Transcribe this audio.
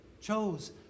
chose